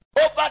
over